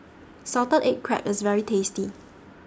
Salted Egg Crab IS very tasty